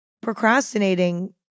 Procrastinating